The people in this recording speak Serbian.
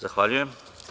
Zahvaljujem.